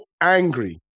angry